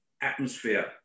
atmosphere